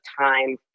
time